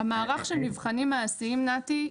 המערך של מבחנים מעשיים נתי,